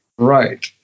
Right